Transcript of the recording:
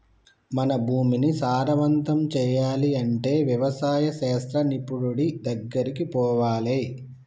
మన భూమిని సారవంతం చేయాలి అంటే వ్యవసాయ శాస్త్ర నిపుణుడి దెగ్గరికి పోవాలి